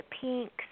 pink